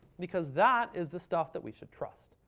because that is the stuff that we should trust.